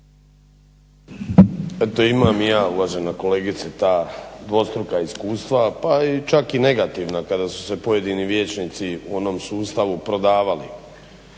Eto imam i ja uvažene kolegice ta dvostruka iskustva, pa čak i negativna, kada su se pojedini vijećnici u onom sustavu prodavali,